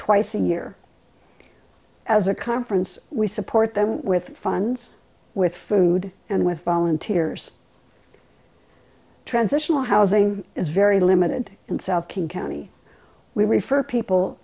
twice a year as a conference we support them with funds with food and with volunteers transitional housing is very limited in south king county we refer people